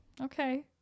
okay